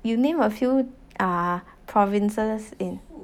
you name a few um provinces in